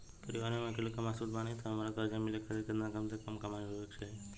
परिवार में हम अकेले कमासुत बानी त हमरा कर्जा मिले खातिर केतना कम से कम कमाई होए के चाही?